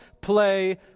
play